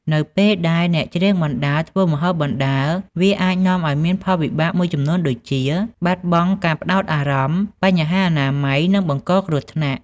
នៅពេលដែលអ្នកច្រៀងបណ្ដើរ ធ្វើម្ហូបបណ្ដើរ វាអាចនាំឱ្យមានផលវិបាកមួយចំនួនដូចជា បាត់បង់ការផ្តោតអារម្មណ៍ បញ្ហាអនាម័យ និងបង្កគ្រោះថ្នាក់។